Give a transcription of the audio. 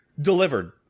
Delivered